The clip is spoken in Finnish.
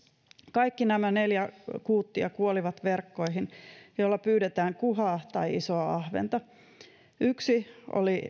kaikki nämä neljä kuuttia kuolivat verkkoihin joilla pyydetään kuhaa tai isoa ahventa yksi oli